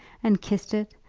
and kissed it,